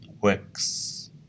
works